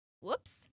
whoops